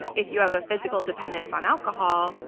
if you have a physical dependence on alcohol,